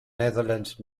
netherlands